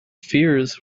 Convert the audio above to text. fears